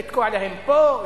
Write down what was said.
לתקוע להם פה,